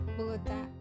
Bogota